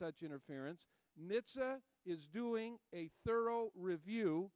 such interference nitsa is doing a thorough review